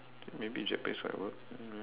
maybe Japanese might work um